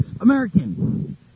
American